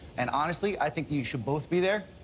and honestly, i think you should both be there,